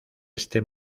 este